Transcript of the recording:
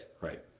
Right